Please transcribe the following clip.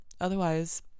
otherwise